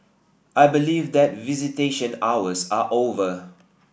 I believe that visitation hours are over